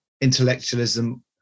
intellectualism